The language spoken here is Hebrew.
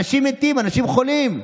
אנשים מתים, אנשים חולים.